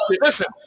Listen